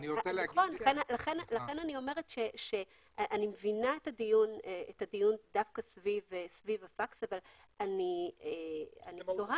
לכן אני אומרת שאני מבינה את הדיון סביב הפקס אבל אני תוהה.